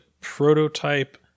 prototype